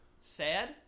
Sad